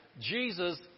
Jesus